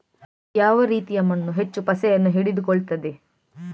ಯಾವ ರೀತಿಯ ಮಣ್ಣು ಹೆಚ್ಚು ಪಸೆಯನ್ನು ಹಿಡಿದುಕೊಳ್ತದೆ?